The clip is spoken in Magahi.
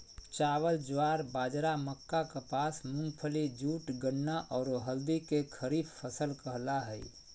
चावल, ज्वार, बाजरा, मक्का, कपास, मूंगफली, जूट, गन्ना, औरो हल्दी के खरीफ फसल कहला हइ